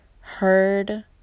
heard